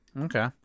okay